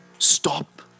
Stop